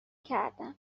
کردم